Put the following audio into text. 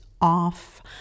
off